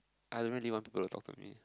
I don't really want people to talk to me